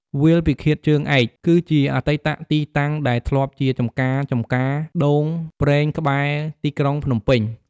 វាលពិឃាតជើងឯក គឺជាអតីតទីតាំងដែលធ្លាប់ជាចំការចម្ការដូងប្រេងក្បែរទីក្រុងភ្នំពេញ។